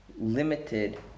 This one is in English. limited